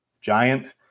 giant